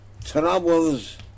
troubles